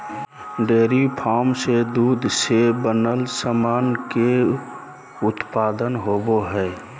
dairy farm से दूध से बनल सामान के उत्पादन होवो हय